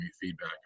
feedback